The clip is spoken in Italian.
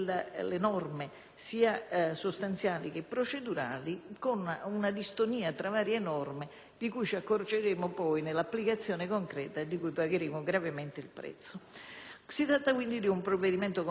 di cui ci accorgeremo poi nell'applicazione concreta e di cui pagheremo gravemente il prezzo. Si tratta quindi di un provvedimento complesso, di difficile lettura, che in parte riprende proposte contenute nel pacchetto sicurezza del governo Prodi,